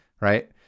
Right